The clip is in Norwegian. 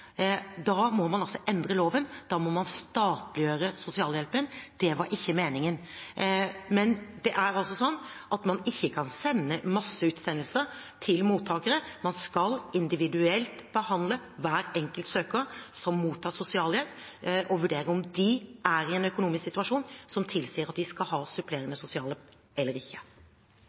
meningen. Men man kan altså ikke sende masseutsendelser til mottakere. Man skal individuelt behandle hver enkelt søker som mottar sosialhjelp, og vurdere om de er i en økonomisk situasjon som tilsier at de skal ha supplerende sosialhjelp eller ikke.